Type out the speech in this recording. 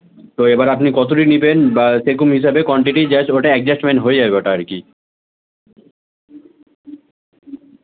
তো এবার আপনি কতোটি নিবেন বা সেরকম হিসাবে কোয়ান্টিটি জাস্ট ওটা অ্যাডজাস্টমেন্ট হয়ে যাবে ওটা আর কি